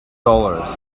dollars